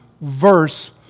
verse